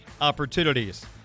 opportunities